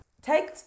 Take